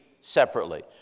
separately